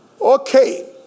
Okay